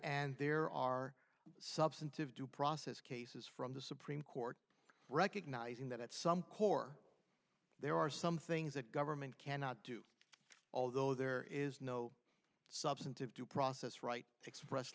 and there are substantive due process cases from the supreme court recognizing that at some core there are some things that government cannot do although there is no substantive due process right express